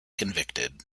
convicted